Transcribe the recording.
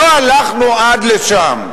לא הלכנו עד לשם.